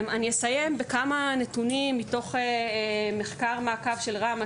אני אסיים בכמה נתונים מתוך מחקר מעקב של ראמ"ה,